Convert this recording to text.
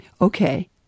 Okay